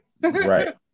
Right